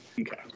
Okay